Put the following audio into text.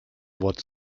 wort